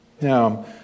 Now